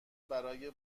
برای